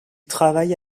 travaille